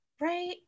Right